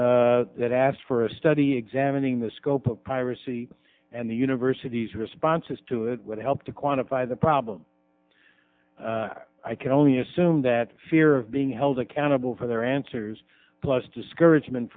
smith that asked for a study examining the scope of piracy and the university's responses to it would help to quantify the problem i can only assume that fear of being held accountable for their answers plus discouragement